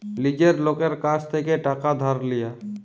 লীজের লকের কাছ থ্যাইকে টাকা ধার লিয়া